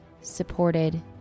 supported